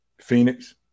Phoenix